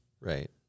Right